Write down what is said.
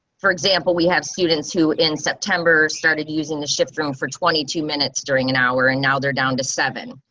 for example, we have students who in september started using the shift from for twenty two minutes during an hour and now they're down to seven.